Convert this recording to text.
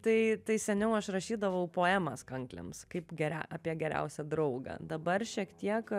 tai tai seniau aš rašydavau poemas kankliams kaip geria apie geriausią draugą dabar šiek tiek